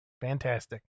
Fantastic